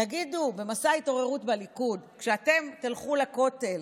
תגידו, במסע ההתעוררות בליכוד, כשאתם תלכו לכותל,